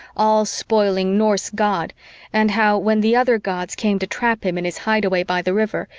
all-spoiling norse god and how, when the other gods came to trap him in his hideaway by the river,